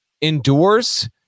endures